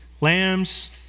Lambs